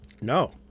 No